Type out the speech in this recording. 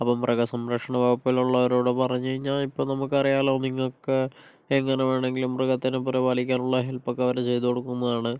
അപ്പം മൃഗസംരക്ഷണ വകുപ്പിലുള്ളവരോട് പറഞ്ഞ് കഴിഞ്ഞാൽ ഇപ്പോൾ നമുക്ക് അറിയാമല്ലോ നിങ്ങൾക്ക് എങ്ങനെ വേണങ്കിലും മൃഗത്തിനെ പരിപാലിക്കാനൊള്ള ഹെൽപ്പക്കെ അവര് ചെയ്ത് കൊടുക്കുന്നതാണ്